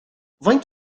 faint